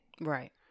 Right